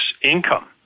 income